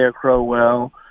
Crowell